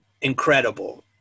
Incredible